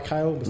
Kyle